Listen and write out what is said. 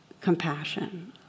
compassion